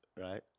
right